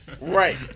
right